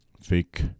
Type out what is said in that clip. fake